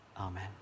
Amen